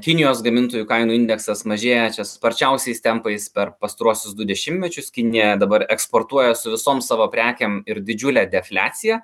kinijos gamintojų kainų indeksas mažėja sparčiausiais tempais per pastaruosius du dešimtmečius kinija dabar eksportuoja su visom savo prekėm ir didžiule defliacija